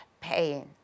pain